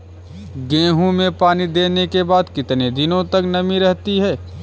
गेहूँ में पानी देने के बाद कितने दिनो तक नमी रहती है?